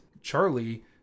Charlie